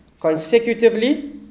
consecutively